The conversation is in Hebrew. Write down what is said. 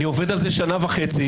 אני עובד על זה שנה וחצי,